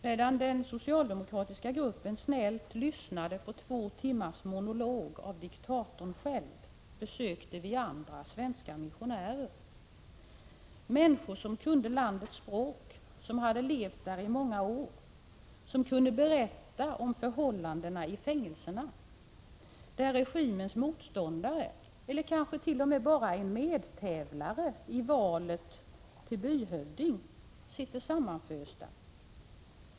Medan den socialdemokratiska gruppen snällt lyssnade på två timmars monolog av diktatorn själv besökte vi andra utskottsledamöter svenska missionärer. Människor som kunde landets språk och som hade levt där i många år kunde berätta om förhållandena i fängelserna, där de som är motståndare till regimen eller kanske bara varit medtävlare i ett val av byhövding sitter sammanfösta.